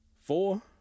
four